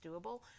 doable